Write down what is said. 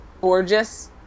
Gorgeous